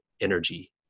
energy